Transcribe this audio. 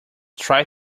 try